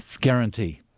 Guarantee